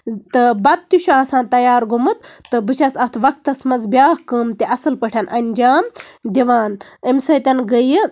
تہٕ بَتہٕ تہِ چھُ آسان تَیار گومُت تہٕ بہٕ چھَس اَتھ وقتَس منٛز بیاکھ کٲم تہِ اَصٕل پٲٹھۍ اِنجام دِوان اَمہِ سۭتۍ گٔیہِ